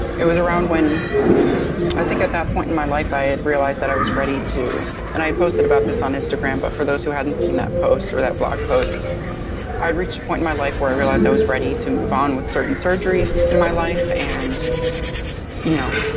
it was around when i think at that point in my life i i realized that i was ready to and i posted about this on instagram, but for those who hadn't seen that post or that blog post i'd reached a point in my life where i realized i was ready to move on with certain surgeries in my life. and you know,